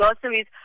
groceries